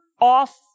off